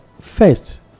first